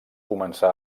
començà